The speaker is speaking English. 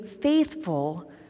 faithful